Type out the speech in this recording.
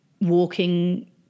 walking